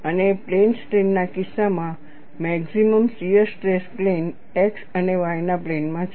અને plane strain ના કિસ્સામાં maximum shear stress plane x અને y ના પ્લેનમાં છે